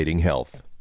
health